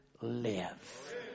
live